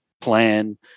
plan